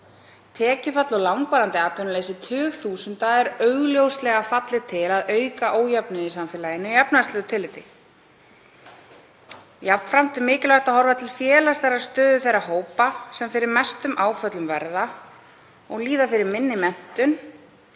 Tekjufall og langvarandi atvinnuleysi tugþúsunda er augljóslega fallið til að auka ójöfnuð í samfélaginu í efnahagslegu tilliti. Jafnframt er mikilvægt að horfa til félagslegrar stöðu þeirra hópa sem fyrir mestum áföllum verða og líða fyrir minni menntun,